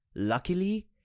Luckily